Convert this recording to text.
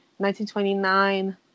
1929